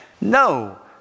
No